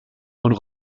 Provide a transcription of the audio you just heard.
und